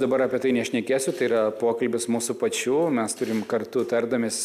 dabar apie tai nešnekėsiu tai yra pokalbis mūsų pačių mes turim kartu tardamies